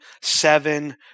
seven